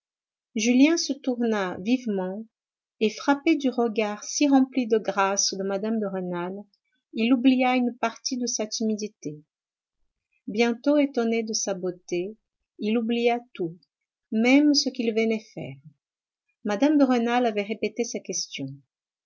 julien se tourna vivement et frappé du regard si rempli de grâce de mme de rênal il oublia une partie de sa timidité bientôt étonné de sa beauté il oublia tout même ce qu'il venait faire mme de rênal avait répété sa question